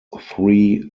three